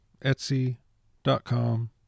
Etsy.com